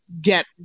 get